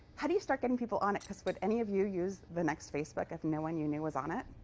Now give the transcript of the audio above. how do you start getting people on it? because would any of you use the next facebook if no one you knew was on it?